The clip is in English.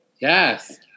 Yes